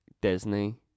Disney